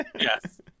yes